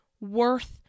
worth